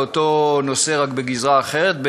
באותו נושא רק בגזרה אחרת,